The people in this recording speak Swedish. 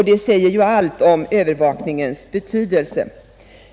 Det säger ju allt om övervakningens betydelse.